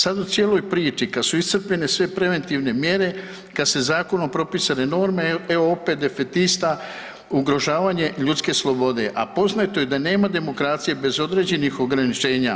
Sad u cijeloj priči kad su iscrpljene sve preventivne mjere, kad su zakonom propisane norme, evo opet defetista ugrožavanje ljudske slobode, a poznato je da nema demokracije bez određenih ograničenja.